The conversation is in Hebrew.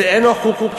זה אינו חוקי.